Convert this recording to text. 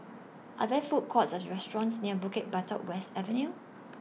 Are There Food Courts Or restaurants near Bukit Batok West Avenue